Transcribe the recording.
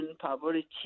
poverty